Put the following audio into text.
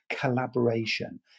collaboration